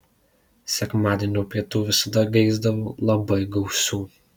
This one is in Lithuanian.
sekmadienio pietų visada geisdavau labai gausių